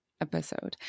episode